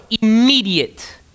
immediate